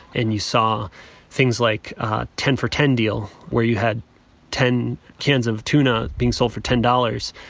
and you saw things like ten for ten deal where you had ten cans of tuna being sold for ten dollars,